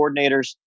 coordinators